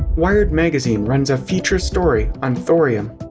wired magazine runs a feature story on thorium.